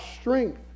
strength